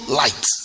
light